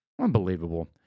Unbelievable